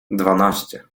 dwanaście